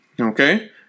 Okay